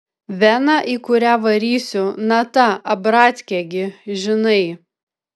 vena į kurią varysiu na ta abratkė gi žinai